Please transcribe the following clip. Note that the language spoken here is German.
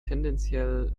tendenziell